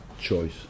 choice